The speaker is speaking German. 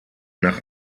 nach